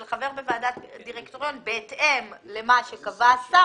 חבר בוועדת דירקטוריון בהתאם למה שקבע השר,